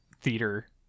theater